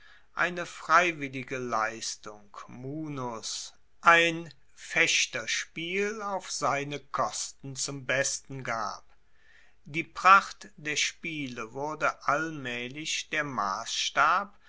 eine freiwillige leistung munus ein fechterspiel auf seine kosten zum besten gab die pracht der spiele wurde allmaehlich der massstab